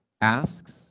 asks